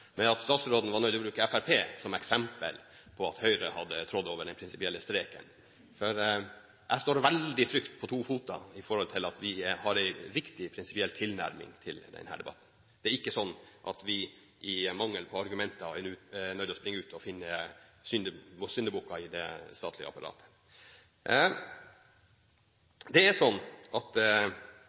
med at statsråden var nødt til å bruke Fremskrittspartiet som eksempel på at Høyre hadde trådt over den prinsipielle streken, for jeg står veldig trygt på to føtter i forhold til at vi har en riktig prinsipiell tilnærming til denne debatten. Det er ikke sånn at vi i mangel på argumenter er nødt til å springe ut og finne syndebukker i det statlige apparatet. Jeg har ikke noen problemer med at